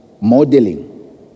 modeling